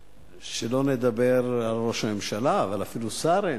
שלא נדבר על ראש ממשלה, אבל אפילו שר אין.